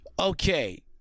Okay